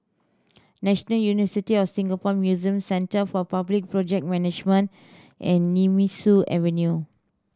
National University of Singapore Museums Centre for Public Project Management and Nemesu Avenue